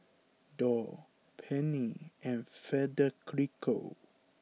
Dorr Pennie and Federico